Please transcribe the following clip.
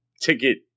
ticket